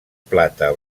plata